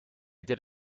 did